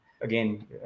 again